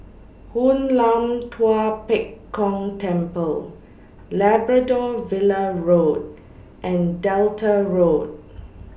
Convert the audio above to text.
Hoon Lam Tua Pek Kong Temple Labrador Villa Road and Delta Road